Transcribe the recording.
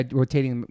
rotating